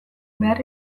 behar